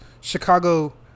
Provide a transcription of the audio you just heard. Chicago